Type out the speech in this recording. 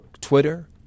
Twitter